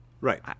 Right